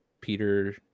peter